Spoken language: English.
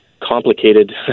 complicated